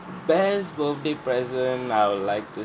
best birthday present I would like to